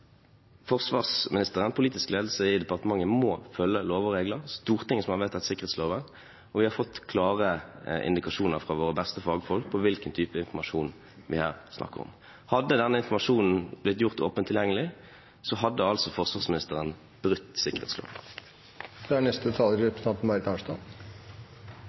forsvarsministeren, politisk ledelse i departementet, må følge lover og regler. Det er Stortinget som har vedtatt sikkerhetsloven, og vi har fått klare indikasjoner fra våre beste fagfolk om hvilken informasjon vi her snakker om. Hadde denne informasjonen blitt gjort åpent tilgjengelig, hadde altså forsvarsministeren brutt